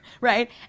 Right